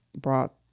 brought